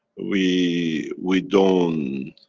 we, we don't.